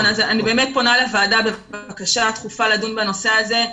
ואני באמת פונה לוועדה בבקשה דחופה לדון בנושא הזה.